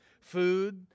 food